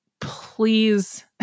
please